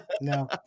No